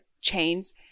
chains